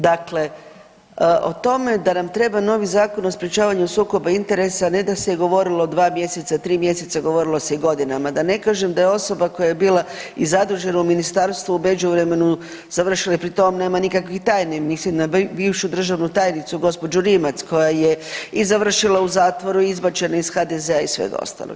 Dakle, o tome da nam treba novi Zakon o sprječavanju sukoba interesa ne da se govorilo 2 mjeseca, 3 mjeseca, govorilo se godinama da ne kažem da je osoba koja je bila i zadužena u ministarstvu u međuvremenu završila i pri tom nema nikakvih tajni mislim na bivšu državnu tajnicu gospođu Rimac koja je i završila u zatvoru i izbačena je iz HDZ-a i svega ostalog.